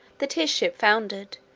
that his ship foundered,